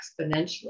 exponentially